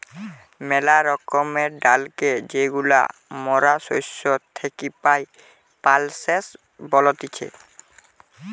মেলা রকমের ডালকে যেইগুলা মরা শস্য থেকি পাই, পালসেস বলতিছে